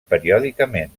periòdicament